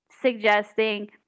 suggesting